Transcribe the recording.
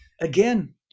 Again